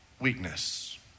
weakness